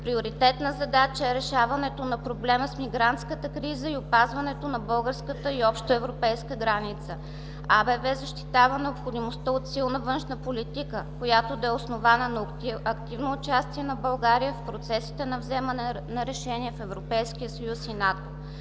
Приоритетна задача е решаването на проблема с мигрантската криза и опазването на българската и общоевропейска граница. АБВ защитава необходимостта от силна външна политика, която да е основана на активно участие на България в процесите на вземане на решения в Европейския съюз и НАТО.